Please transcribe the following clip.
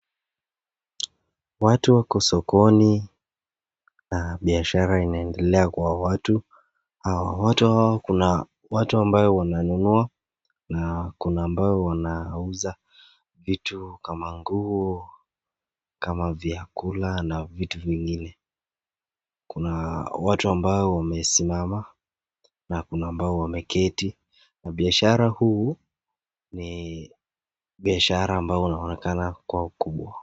Watu wako sokoni na biashara inaendelea kwa watu hao. Watu hao kuna watu ambao wananunua na kuna ambao wanauza vitu kama nguo, kama vyakula na vitu vingine. Kuna watu ambao wamesimama na kuna ambao wameketi. Na biashara huu ni biashara ambao unaonekana kwa ukubwa.